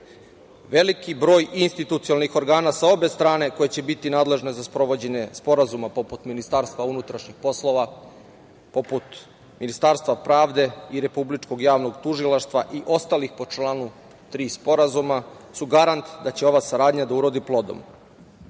broj institucionalnih organa sa obe strane, koji će biti nadležne za sprovođenje Sporazuma, poput Ministarstva unutrašnjih poslova, poput Ministarstva pravde i Republičkog javnog tužilaštva i ostalih po članu 3. Sporazuma su garant da će ova saradnja da urodi plodom. Treba